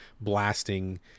blasting